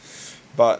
but